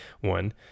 one